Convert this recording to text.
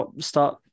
start